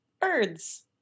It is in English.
birds